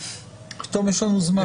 פתאום יש לנו זמן.